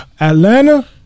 Atlanta